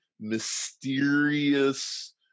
Mysterious